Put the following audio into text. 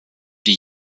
die